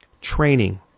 Training